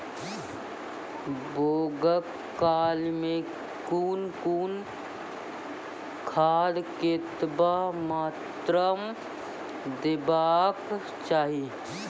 बौगक काल मे कून कून खाद केतबा मात्राम देबाक चाही?